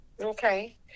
okay